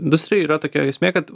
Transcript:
industrijoj yra tokia esmė kad